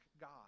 God